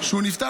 כשהוא נפטר,